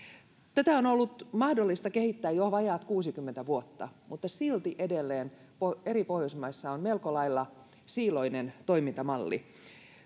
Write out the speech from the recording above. tätä on ollut mahdollista kehittää jo vajaat kuusikymmentä vuotta mutta silti edelleen eri pohjoismaissa on melko lailla siiloinen toimintamalli